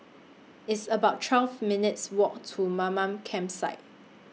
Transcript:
It's about twelve minutes' Walk to Mamam Campsite